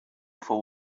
fou